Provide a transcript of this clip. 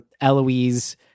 Eloise